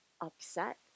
upset